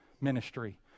ministry